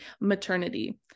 maternity